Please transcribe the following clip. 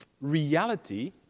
reality